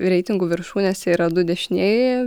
reitingų viršūnėse yra du dešinieji